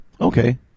Okay